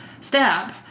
step